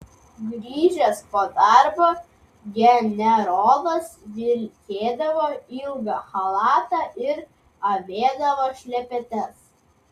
grįžęs po darbo generolas vilkėdavo ilgą chalatą ir avėdavo šlepetes